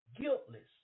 guiltless